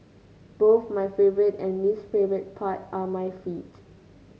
both my favourite and least favourite part are my feet